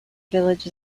village